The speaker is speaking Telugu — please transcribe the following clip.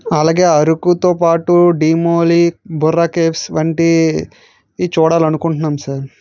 అలాగే అరకుతో పాటు డిమొలి బుర్రా కేవ్స్ వంటి ఇవి చూడాలని అనుకుంటున్నాం సార్